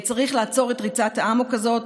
צריך לעצור את ריצת האמוק הזאת.